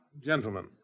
Gentlemen